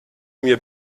mir